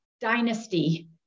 dynasty